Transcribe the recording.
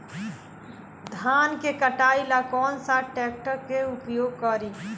धान के कटाई ला कौन सा ट्रैक्टर के उपयोग करी?